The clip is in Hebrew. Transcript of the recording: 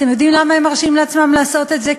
אתם יודעים למה הם מרשים לעצמם לעשות את זה?